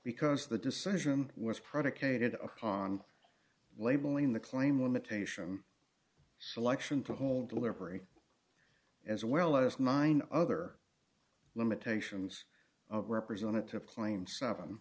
because the decision was predicated upon labeling the claim limitation selection to hold deliberate as well as nine other limitations of representative claimed seven